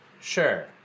Sure